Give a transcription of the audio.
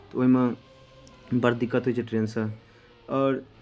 तऽ ओहिमे बड़ दिक्कत होइ छै ट्रेनसँ आओर